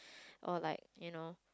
or like you know